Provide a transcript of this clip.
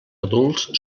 adults